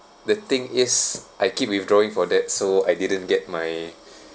the thing is I keep withdrawing for that so I didn't get my